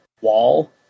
wall